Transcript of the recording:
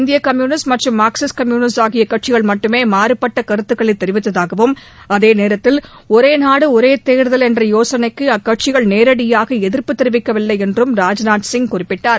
இந்திய கம்யூனிஸ்ட் மற்றும் Marxist communist ஆகிய கட்சிகள் மட்டுமே மாறுபட்ட கருத்துக்களை தெரிவித்தாகவும் அதே நேரத்தில் ஒரே நாடு ஒரே தேர்தல் என்ற யோசனைக்கு அக்கட்சிகள் நேரடியாக எதிர்ப்பு தெரிவிக்கவில்லை என்றும் ராஜ்நாத் சிங் குறிப்பிட்டார்